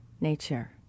nature